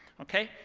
ok?